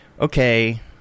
okay